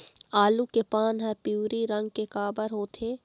आलू के पान हर पिवरी रंग के काबर होथे?